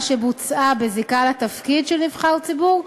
שבוצעה בזיקה לתפקיד של נבחר ציבור,